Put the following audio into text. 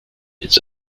its